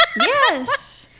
yes